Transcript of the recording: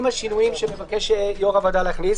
עם השינויים שמבקש יושב-ראש הוועדה להכניס,